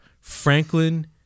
Franklin